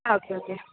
ആ okay okay